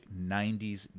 90s